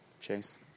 Chase